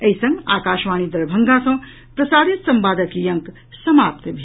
एहि संग आकाशवाणी दरभंगा सँ प्रसारित संवादक ई अंक समाप्त भेल